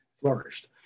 flourished